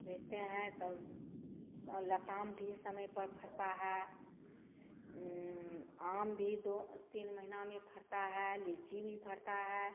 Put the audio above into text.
बेचते हैं तब और लताम भी समय पर फलता है आम भी दो तीन महीने में फलता है लीची भी फलता है